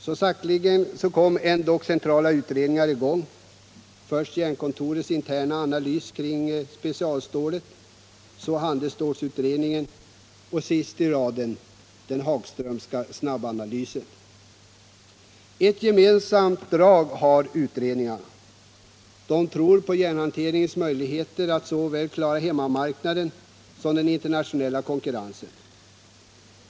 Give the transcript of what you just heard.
Så sakteliga kom i alla fall centrala utredningar i gång, först Jernkontorets interna analys kring specialstålsindustrin, därefter handelsstålutredningen och sist i raden den Hagströmska snabbanalysen. Ett gemensamt drag har utredningarna. De tror på järnhanteringens möjligheter att klara såväl hemmamarknaden som den internationella konkurrensen.